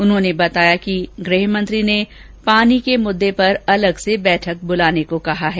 उन्होंने बताया कि गृहमंत्री ने पानी के मुद्दे पर अलग से बैठक बुलाने को कहा है